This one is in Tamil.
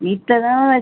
வீட்டில் தான் வச்